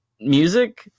music